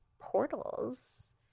portals